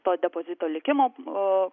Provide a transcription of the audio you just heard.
to depozito likimo a